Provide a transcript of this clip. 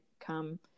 come